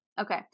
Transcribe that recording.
Okay